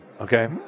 okay